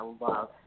love